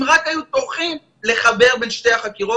אם רק היו טורחים לחבר בין שתי החקירות,